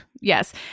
Yes